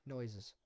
Noises